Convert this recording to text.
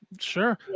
Sure